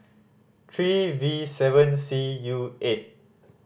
three V seven C U eight